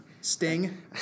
Sting